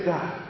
God